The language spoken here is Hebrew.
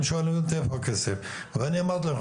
הם שואלים אותי איפה הכסף ואני אמרתי להם,